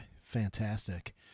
fantastic